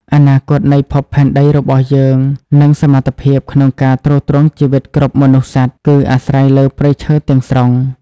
អនាគតនៃភពផែនដីរបស់យើង និងសមត្ថភាពក្នុងការទ្រទ្រង់ជីវិតគ្រប់មនុស្សសត្វ គឺអាស្រ័យលើព្រៃឈើទាំងស្រុង។